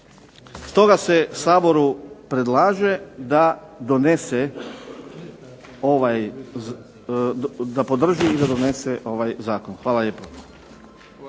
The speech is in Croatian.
Stoga se Saboru predlaže da donese i podrži ovaj zakon. Hvala lijepo.